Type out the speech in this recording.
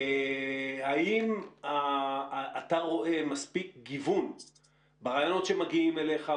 האם אתה רואה מספיק גיוון ברעיונות שמגיעים אליך,